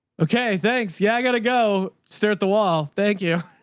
okay, thanks. yeah. i gotta go stare at the wall. thank you.